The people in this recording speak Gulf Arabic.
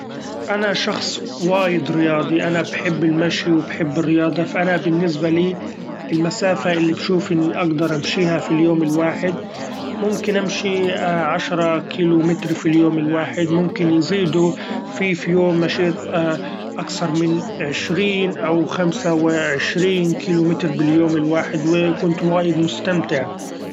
أنا شخص وايد رياضي! أنا بحب المشي وبحب الرياضة ، ف أنا بالنسبة لي المسافة اللي بشوف إني اقدر امشيها في اليوم الواحد ممكن امشي عشرة كيلو متر في اليوم الواحد ممكن يزيدو ، في فيوم مشيت اكثر من عشرين أو خمسة وعشرين كيلومتر باليوم الواحد وكنت وايد مستمتع!